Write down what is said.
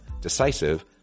decisive